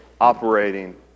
operating